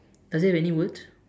does it have any words